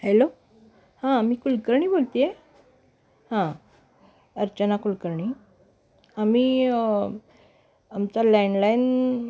hello हां मी कुलकर्णी बोलते आहे हां अर्चना कुलकर्णी आम्ही आमचा लँडलाईन